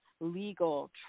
legal